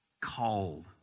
called